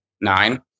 Nine